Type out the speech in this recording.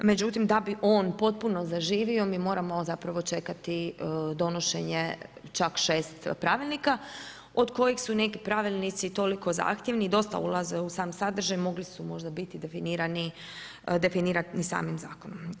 Međutim, da bi on u potpuno zaživio, mi moramo zapravo čekati donošenje čak 6 pravilnika, od kojih su neki pravilnici toliko zahtjevni i dosta ulaze u sam sadržaj, možda su mogli biti definirani samim zakonom.